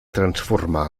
transformar